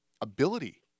ability